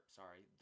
sorry